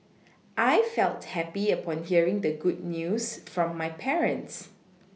I felt happy upon hearing the good news from my parents